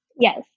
yes